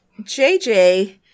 JJ